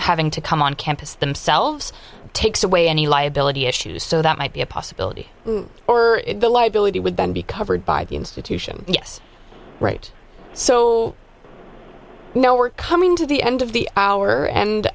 having to come on campus themselves takes away any liability issues so that might be a possibility or the liability would then be covered by the institution yes so now we're coming to the end of the hour and